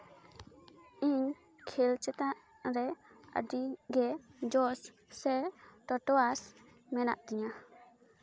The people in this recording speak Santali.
ᱤᱧ ᱠᱷᱮᱞ ᱪᱮᱫᱟᱜ ᱨᱮ ᱟᱹᱰᱤ ᱜᱮ ᱡᱚᱥ ᱥᱮ ᱴᱟᱴᱣᱟᱥ ᱢᱮᱱᱟᱜ ᱛᱤᱧᱟᱹ